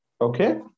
Okay